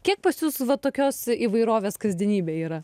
kiek pas jus va tokios įvairovės kasdienybėj yra